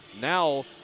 now